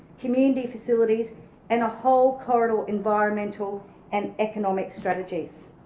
community facilities and a whole corridor environmental and economic strategies.